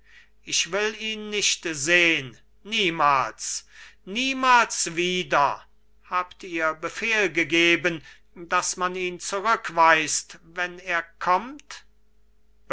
ich will ihn nicht sehn niemals niemals wieder habt ihr befehl gegeben daß man ihn zurückweist wenn er kommt